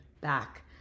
back